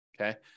okay